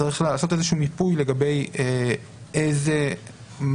צריך לעשות איזשהו מיפוי לגבי מה הורים